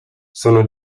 sono